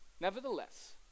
nevertheless